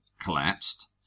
collapsed